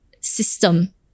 system